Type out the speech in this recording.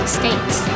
states